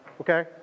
okay